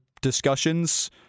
discussions